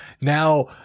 now